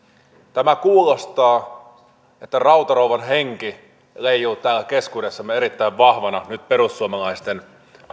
tämä kuulostaa että rautarouvan henki leijuu täällä keskuudessamme erittäin vahvana nyt perussuomalaisten